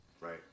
right